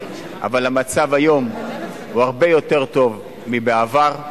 אבל המצב היום הוא הרבה יותר טוב מבעבר.